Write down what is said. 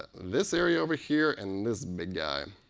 this area over here and this big guy.